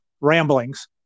ramblings